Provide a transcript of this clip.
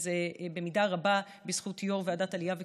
וזה במידה רבה בזכות יו"ר ועדת העלייה והקליטה.